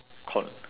col~